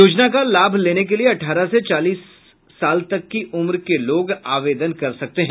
योजना का लाभ लेने के लिए अठारह से चालीस साल तक की उम्र के लोग आवेदन कर सकते हैं